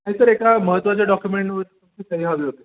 नाही सर एका महत्वाच्या डॉक्युमेंटवर सही हवी होती सर